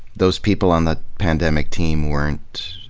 those people on the pandemic team weren't,